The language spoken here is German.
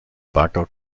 bagger